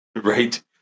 right